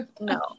no